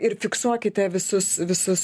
ir fiksuokite visus visus